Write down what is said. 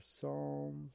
Psalms